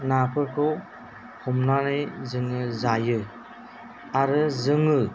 नाफोरखौ हमनानै जोङो जायो आरो जोङो